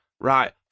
right